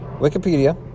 Wikipedia